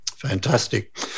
Fantastic